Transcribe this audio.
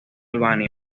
albania